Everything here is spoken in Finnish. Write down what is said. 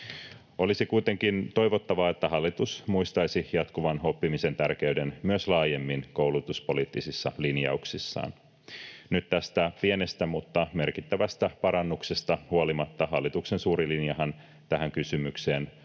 Olisi kuitenkin toivottavaa, että hallitus muistaisi jatkuvan oppimisen tärkeyden myös laajemmin koulutuspoliittisissa linjauksissaan. Nyt tästä pienestä mutta merkittävästä parannuksesta huolimatta hallituksen suuri linjahan tähän kysymykseen